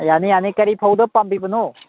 ꯌꯥꯅꯤ ꯌꯥꯅꯤ ꯀꯔꯤ ꯐꯧꯗ ꯄꯥꯝꯕꯤꯕꯅꯣ